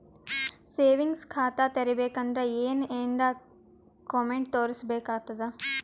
Savings ಖಾತಾ ತೇರಿಬೇಕಂದರ ಏನ್ ಏನ್ಡಾ ಕೊಮೆಂಟ ತೋರಿಸ ಬೇಕಾತದ?